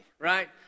right